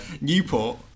Newport